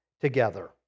together